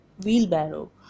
wheelbarrow